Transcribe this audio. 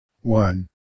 One